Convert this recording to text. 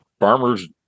farmers